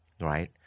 Right